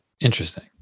Interesting